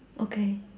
okay